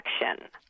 action